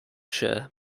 share